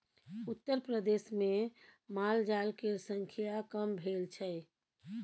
उत्तरप्रदेशमे मालजाल केर संख्या कम भेल छै